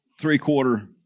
three-quarter